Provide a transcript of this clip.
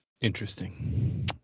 interesting